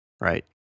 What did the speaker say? right